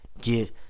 get